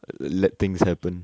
let things happen